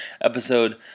episode